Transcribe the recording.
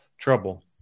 Trouble